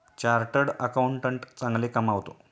chartered accountant चांगले कमावतो